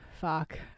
Fuck